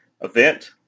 event